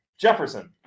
Jefferson